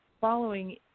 following